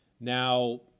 Now